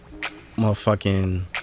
motherfucking